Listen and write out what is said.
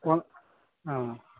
phone औ